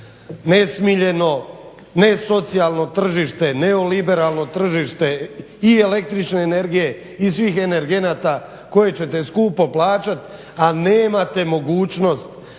nesmiljeno, nesocijalno tržište, neoliberalno tržište i električne energije i svih energenata koje ćete skupo plaćat, a nemate mogućnost